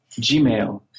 Gmail